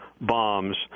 bombs